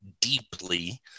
deeply